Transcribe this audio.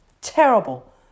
terrible